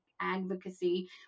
advocacy